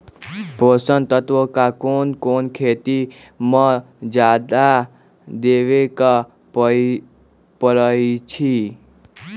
पोषक तत्व क कौन कौन खेती म जादा देवे क परईछी?